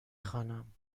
خوانم